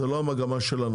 זו לא המגמה שלנו,